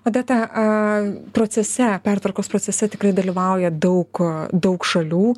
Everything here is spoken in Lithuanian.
odeta a procese pertvarkos procese tikrai dalyvauja daug daug šalių